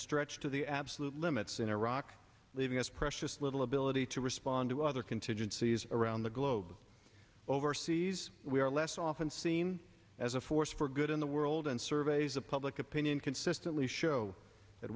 stretched to the absolute limits in iraq leaving us precious little ability to respond to other contingencies around the globe overseas we are less often seen as a force for good in the world and surveys of public opinion consistently show that